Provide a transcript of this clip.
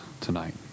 tonight